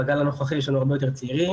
בגל הנוכחי יש לנו הרבה יותר צעירים,